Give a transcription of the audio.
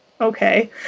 okay